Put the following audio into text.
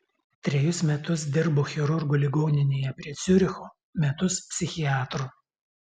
trejus metus dirbo chirurgu ligoninėje prie ciuricho metus psichiatru